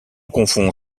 confond